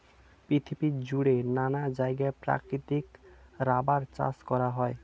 পৃথিবী জুড়ে নানা জায়গায় প্রাকৃতিক রাবার চাষ করা হয়